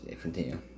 continue